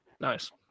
Nice